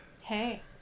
Hey